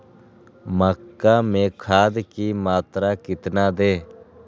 मक्का में खाद की मात्रा कितना दे?